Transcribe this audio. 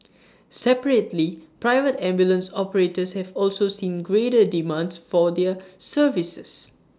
separately private ambulance operators have also seen greater demands for their services